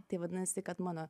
tai vadinasi kad mano